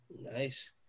Nice